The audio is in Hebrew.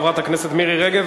חברת הכנסת מירי רגב,